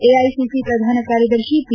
AICC ಪ್ರಧಾನ ಕಾರ್ಯದರ್ಶಿ P